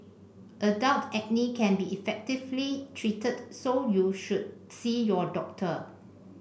adult acne can be effectively treated so you should see your doctor